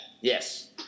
yes